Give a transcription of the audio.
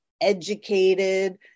educated